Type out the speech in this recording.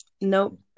Nope